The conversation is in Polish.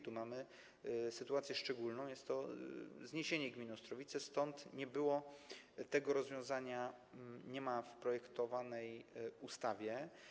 Tu mamy sytuację szczególną: jest to zniesienie gminy Ostrowice, stąd tego rozwiązania nie ma w projektowanej ustawie.